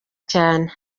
cyane